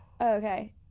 okay